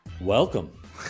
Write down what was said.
Welcome